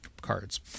cards